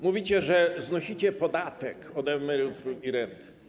Mówicie, że znosicie podatek od emerytur i rent.